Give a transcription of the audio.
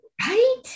Right